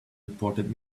reported